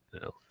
no